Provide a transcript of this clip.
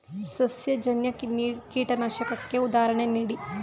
ಸಸ್ಯಜನ್ಯ ಕೀಟನಾಶಕಕ್ಕೆ ಉದಾಹರಣೆ ನೀಡಿ?